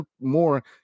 more